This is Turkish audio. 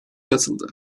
katıldı